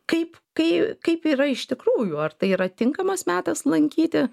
kaip kai kaip yra iš tikrųjų ar tai yra tinkamas metas lankyti